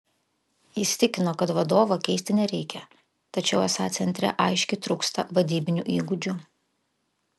jis tikino kad vadovo keisti nereikia tačiau esą centre aiškiai trūksta vadybinių įgūdžių